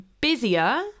busier